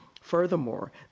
Furthermore